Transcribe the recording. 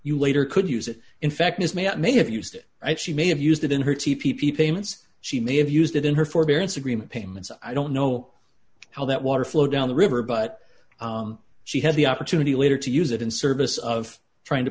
you later could use it in fact this may i may have used it she may have used it in her t p payments she may have used it in her forbearance agreement payments i don't know how that water flowed down the river but she had the opportunity later to use it in service of trying to